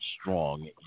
strong